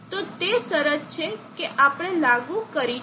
તો તે શરત છે જે આપણે લાગુ કરી છે